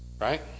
right